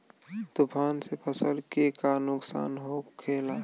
तूफान से फसल के का नुकसान हो खेला?